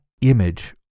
image